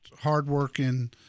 hardworking